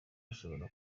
ashobora